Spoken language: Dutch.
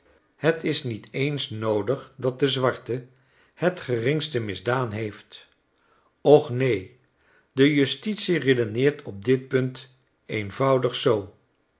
het is niet eens noodig dat de zwarte de slavernij het geringste misdaan heeft och neen de justitie redeneert op dit punt eenvoudig zoo